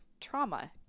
trauma